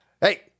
Hey